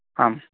हाम्